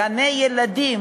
גני-ילדים,